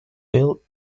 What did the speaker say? bill